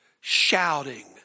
shouting